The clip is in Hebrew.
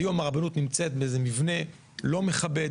היום הרבנות נמצאת באיזה מבנה לא מכבד,